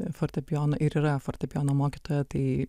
fortepijono ir yra fortepijono mokytoja tai